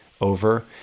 over